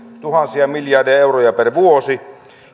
tuhansia miljardeja euroja per vuosi